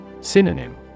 Synonym